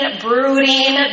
brooding